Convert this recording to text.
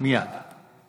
עד שהרשימות יצאו מהמחשב,